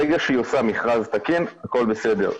ברגע שהיא עושה מכרז תקין, הכל בסדר.